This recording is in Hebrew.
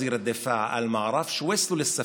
שר ההגנה אמר: אני לא יודע.